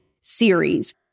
series